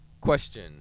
question